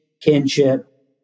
kinship